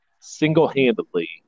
single-handedly